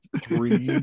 three